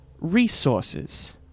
resources